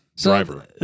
driver